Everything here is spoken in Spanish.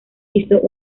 hizo